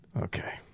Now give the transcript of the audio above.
okay